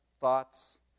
thoughts